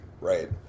right